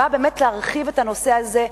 באה באמת להרחיב את הנושא הזה.